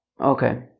Okay